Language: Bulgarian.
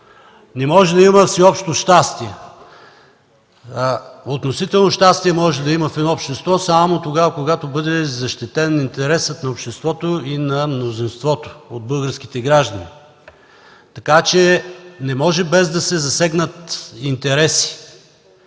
Не може да има всеобщо щастие! Относително щастие може да има в едно общество само тогава, когато бъде защитен интересът на обществото и на мнозинството от българските граждани. Така че не може без да се засегнат интереси.